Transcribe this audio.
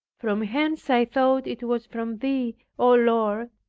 from hence i thought it was from thee, o lord,